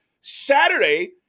Saturday